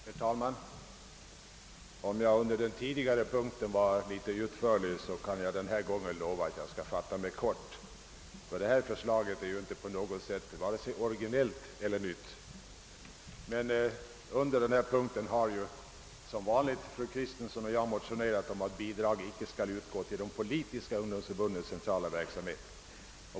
Herr talman! Om jag under den tidigare behandlade punkten, nr 8, var utförlig skall jag nu fatta mig kort. Föreliggande förslag är inte vare sig originellt eller nytt, men under denna punkt har som vanligt fru Kristensson och jag motionerat om att bidrag icke skall utgå till de politiska ungdomsförbundens centrala verksamhet.